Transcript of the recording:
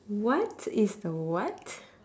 what is the what